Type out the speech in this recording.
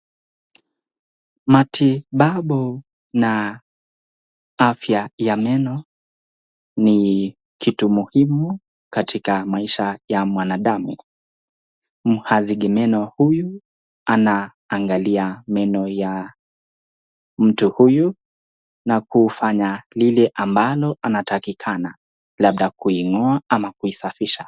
Matibabu na afya ya meno ni kitu muhimu katika maisha ya mwanadamu. Mhazigimeno huyu, anaangalia meno ya mtu huyu na kufanya lile ambalo anatakikana. Labda kuing'oa ama kuisafisha.